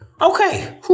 Okay